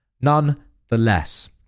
Nonetheless